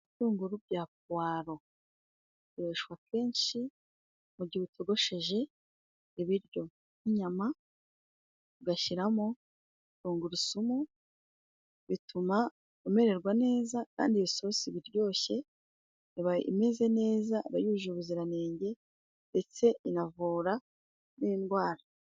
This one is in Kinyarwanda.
Ibitunguru byapuwaro bikoreshwa kenshi mu gihe utogosheje ibiryo nk'inyama ugashyiramo tungurusumu bituma umererwa neza kandi iyososi i biryoshye ,iba imeze neza, ibayujuje ubuziranenge ndetse inavura n'indwara.